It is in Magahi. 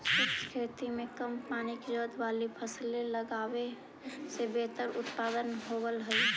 शुष्क खेती में कम पानी की जरूरत वाली फसलें लगावे से बेहतर उत्पादन होव हई